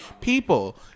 people